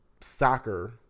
soccer